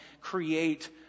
create